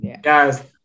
Guys